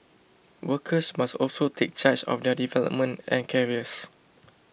workers must also take charge of their development and careers